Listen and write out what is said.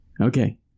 Okay